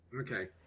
Okay